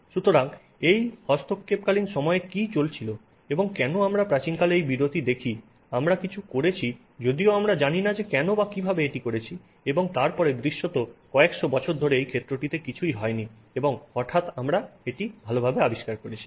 সুতরাং এই হস্তক্ষেপকালীন সময়ে কী চলছিল এবং কেন আমরা প্রাচীনকালে এই বিরতি দেখি আমরা কিছু করেছি যদিও আমরা জানি না কেন বা কীভাবে এটি করেছি এবং তারপরে দৃশ্যত কয়েকশো বছর ধরে এই ক্ষেত্রটিতে কিছুই হয়নি এবং হঠাৎ আমরা এটি ভালভাবে আবিষ্কার করেছি